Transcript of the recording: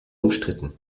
umstritten